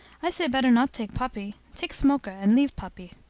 i say better not take puppy. take smoker, and leave puppy.